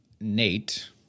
Nate